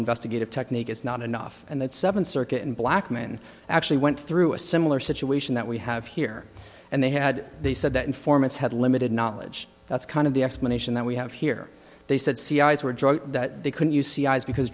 investigative technique is not enough and that seven circuit and black men actually went through a similar situation that we have here and they had they said that informants had limited knowledge that's kind of the explanation that we have here they said cia's were drug that they couldn't you see eyes because